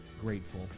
grateful